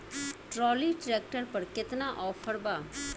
Trolley tractor पर केतना offer बा?